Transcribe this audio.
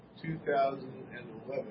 2011